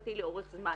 התעסוקתי לאורך זמן.